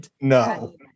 no